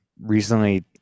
recently